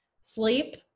sleep